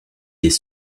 des